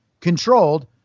controlled